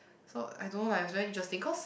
so I don't know like is very interesting cause